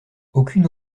aucune